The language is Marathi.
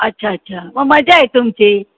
अच्छा अच्छा मग मजा आहे तुमची